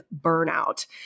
burnout